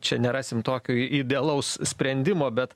čia nerasim tokio idealaus sprendimo bet